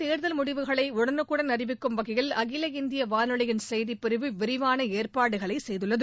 தேர்தல் முடிவுகளை உடனுக்குடன் அறிவிக்கும் வகையில் அகில இந்திய வானொலியின் செய்திப்பிரிவு விரிவான ஏற்பாடுகளை செய்துள்ளது